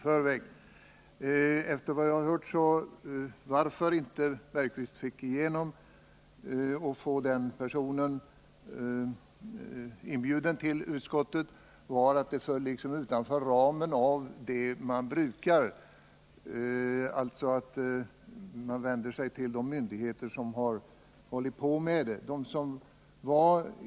Att Jan Bergqvist inte fick igenom sitt förslag om att få en person inbjuden till utskottet berodde på, efter vad jag har hört, att det skulle ha gått utanför det som är brukligt, dvs. att man vänder sig till de myndigheter som hållit på med en viss fråga.